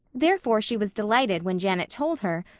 therefore she was delighted when janet told her,